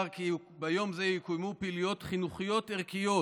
ביום זה יקוימו פעילויות חינוכיות-ערכיות